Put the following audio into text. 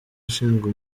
ushinzwe